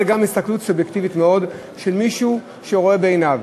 זו גם הסתכלות סובייקטיבית מאוד של מישהו שרואה בעיניו.